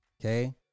okay